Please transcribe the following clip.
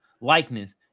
likeness